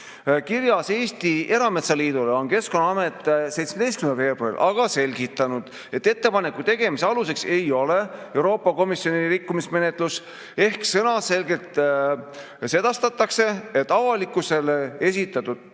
Kirjas Eesti Erametsaliidule on Keskkonnaamet 17. veebruaril aga selgitanud, et ettepaneku tegemise alus ei ole Euroopa Komisjoni rikkumismenetlus, ehk sõnaselgelt sedastatakse, et avalikkusele esitatud